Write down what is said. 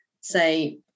say